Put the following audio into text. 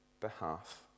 behalf